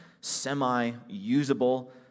semi-usable